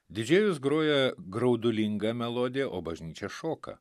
didžėjus groja graudulingą melodiją o bažnyčia šoka